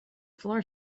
floor